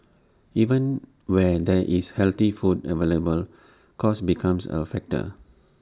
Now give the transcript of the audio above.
even where there is healthy food available cost becomes A factor